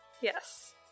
Yes